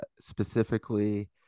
specifically